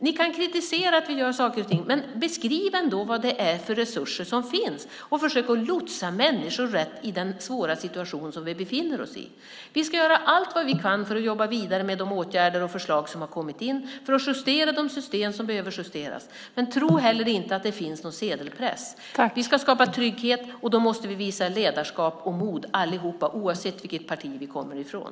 Ni kan kritisera oss, men beskriv ändå vad det är för resurser som finns och försök lotsa människor rätt i den svåra situation som vi befinner oss i! Vi ska göra allt vi kan för att jobba vidare med de åtgärder och förslag som har kommit in och för att justera de system som behöver justeras. Men tro inte att det finns någon sedelpress! Vi ska skapa trygghet. Då måste vi visa ledarskap och mod allihop, oavsett vilket parti vi kommer från.